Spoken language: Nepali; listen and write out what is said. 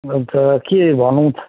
अन्त के भनौँ त